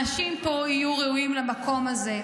אנשים פה יהיו ראויים למקום הזה.